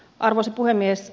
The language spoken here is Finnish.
arvoisa puhemies